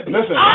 Listen